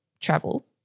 travel